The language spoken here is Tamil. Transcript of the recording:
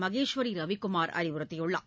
மகேஸ்வரிரவிக்குமார் அறிவுறுத்தியுள்ளார்